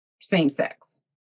same-sex